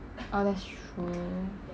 oh that's true